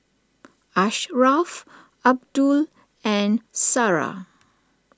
Ashraf Abdul and Sarah